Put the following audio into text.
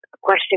question